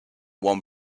one